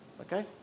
Okay